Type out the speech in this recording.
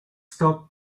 stop